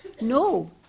No